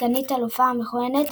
סגנית האלופה המכהנת,